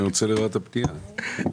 צריך למצוא נוסחה אחרת